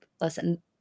listen